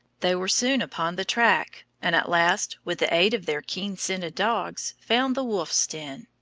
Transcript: they were soon upon the track, and at last, with the aid of their keen-scented dogs, found the wolf's den.